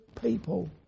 people